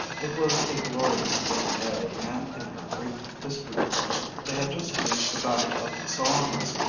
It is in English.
it was a glorious spring day and in her greek history course they had just reached the battle of salamis,